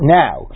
now